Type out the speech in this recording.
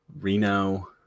Reno